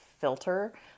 filter